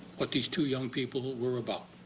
what these two young people were about.